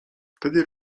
wtedy